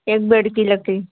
एक बेड की लकड़ी